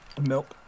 Milk